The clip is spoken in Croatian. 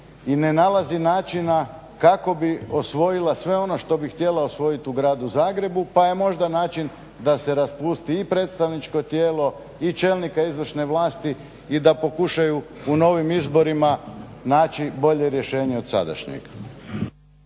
i ne nalazi načina kako bi osvojila sve ono što bi htjela osvojiti u Gradu Zagrebu pa je možda način da se raspusti i predstavničko tijelo i čelnika izvršne vlasti i da pokušaju u novim izborima naći bolje rješenje od sadašnjeg.